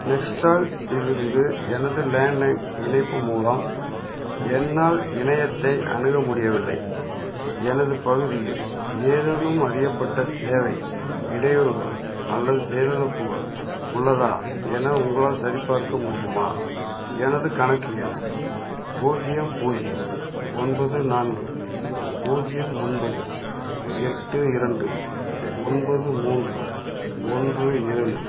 நெக்ஸ்ட்ரால் இருந்து எனது land line இணைப்பு மூலம் என்னால் இணையத்தை அணுக முடியவில்லை எனது பகுதியில் ஏதேனும் அறியப்பட்ட சேவை இடையூறுகள் அல்லது செயலிழப்புகள் உள்ளதா என உங்களால் சரிபார்க்க முடியுமா எனது கணக்கு எண் பூஜ்யம் பூஜ்யம் ஒன்பது நான்கு பூஜ்யம் ஒன்பது எட்டு இரண்டு ஒன்பது மூன்று ஒன்று ஏழு